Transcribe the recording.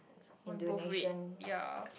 mine both red ya